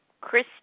Chris